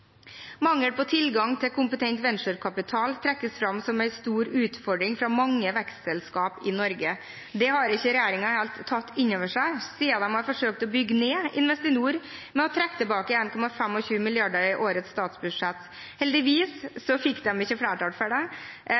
Mangel på tilgang på kompetent venturekapital trekkes fram som en stor utfordring fra mange vekstselskap i Norge. Det har ikke regjeringen helt tatt inn over seg siden de har forsøkt å bygge ned Investinor ved å trekke tilbake 1,25 mrd. kr i årets statsbudsjett. Heldigvis fikk de ikke flertall for det,